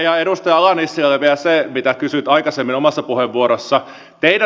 ja edustaja ala nissilälle vielä se mitä kysyit aikaisemmin omassa puheenvuorossasi